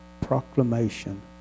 proclamation